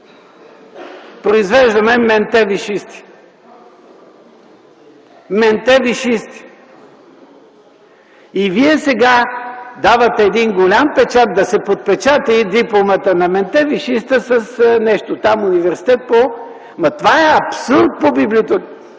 произвеждаме менте висшисти. Менте висшисти! И вие сега давате един голям печат да се подпечати дипломата на менте висшиста с нещо там – Университет по